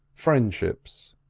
friendships.